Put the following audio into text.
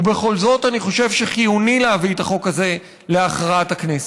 ובכל זאת אני חושב שחיוני להביא את החוק הזה להכרעת הכנסת.